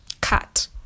cut